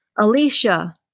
Alicia